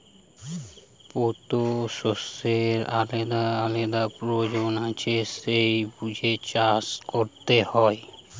পোতি শষ্যের আলাদা আলাদা পয়োজন আছে সেই বুঝে চাষ কোরতে হয়